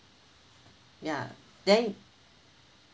yeah then